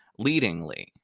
leadingly